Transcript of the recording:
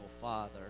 father